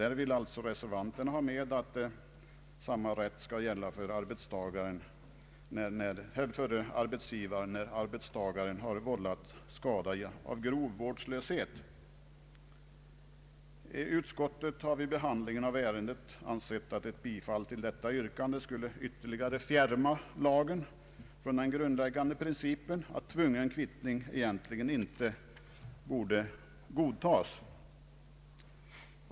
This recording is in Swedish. Här vill reservanterna ha med, att samma rätt bör gälla vid skador som vållats av grov vårdslöshet. Utskottet har vid behandlingen av ärendet ansett att ett bifall till detta yrkande skulle ytterligare fjärma lagen från den grundläggande principen, att tvungen kvittning egentligen inte borde godtas.